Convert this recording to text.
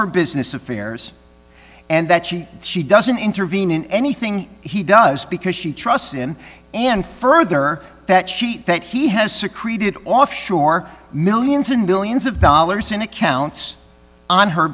her business affairs and that she she doesn't intervene in anything he does because she trusts him and further that she that he has secreted offshore millions and billions of dollars in accounts on her